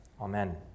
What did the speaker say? Amen